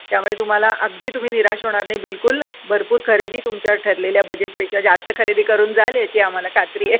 त्यामुळे तुम्हाला अगदी तुम्ही निराश होणार नाही बिलकुल भरपूर खरेदी तुमच्या ठरलेल्या बजेटपेक्षा जास्त खरेदी करून जाल याची आम्हाला खात्री आहे